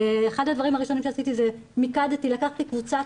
אחד הדברים הראשונים שעשיתי זה לקחתי קבוצת